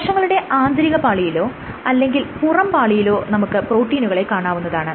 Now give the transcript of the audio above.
കോശങ്ങളുടെ ആന്തരികപാളിയിലോ അല്ലെങ്കിൽ പുറം പാളിയിലോ നമുക്ക് പ്രോട്ടീനുകളെ കാണാവുന്നതാണ്